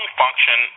function